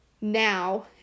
now